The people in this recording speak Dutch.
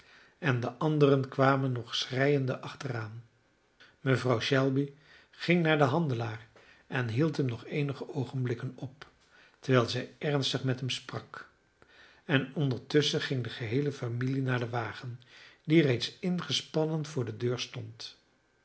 en de anderen kwamen nog schreiende achteraan mevrouw shelby ging naar den handelaar en hield hem nog eenige oogenblikken op terwijl zij ernstig met hem sprak en ondertusschen ging de geheele familie naar den wagen die reeds ingespannen voor de deur stond